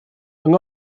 yng